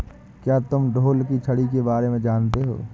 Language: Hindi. क्या तुम ढोल की छड़ी के बारे में जानते हो?